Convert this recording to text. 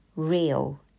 real